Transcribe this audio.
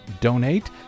donate